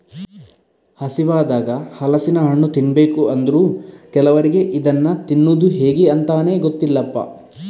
ಹಸಿವಾದಾಗ ಹಲಸಿನ ಹಣ್ಣು ತಿನ್ಬೇಕು ಅಂದ್ರೂ ಕೆಲವರಿಗೆ ಇದನ್ನ ತಿನ್ನುದು ಹೇಗೆ ಅಂತಾನೇ ಗೊತ್ತಿಲ್ಲಪ್ಪ